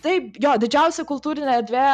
taip jo didžiausia kultūrinė erdvė